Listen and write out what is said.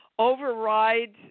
Overrides